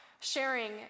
sharing